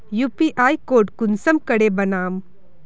UPI code कुंसम करे बनाम?